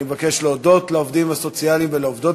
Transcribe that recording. אני מבקש להודות לעובדים הסוציאליים ולעובדות